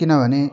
किनभने